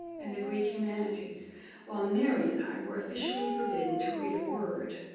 and the greek humanities while mary and i were officially forbidden to read a word.